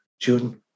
june